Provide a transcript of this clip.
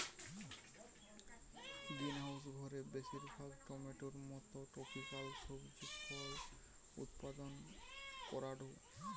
greenhouse ঘরে বেশিরভাগ টমেটোর মতো ট্রপিকাল সবজি ফল উৎপাদন করাঢু